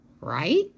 right